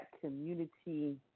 community